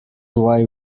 why